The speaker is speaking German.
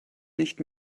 nicht